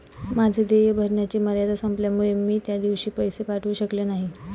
माझे देय भरण्याची मर्यादा संपल्यामुळे मी त्या दिवशी पैसे पाठवू शकले नाही